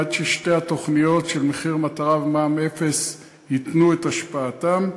עד ששתי התוכניות של מחיר מטרה ומע"מ אפס ייתנו את השפעתן.